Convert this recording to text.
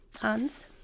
Hans